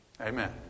Amen